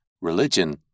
Religion